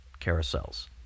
carousels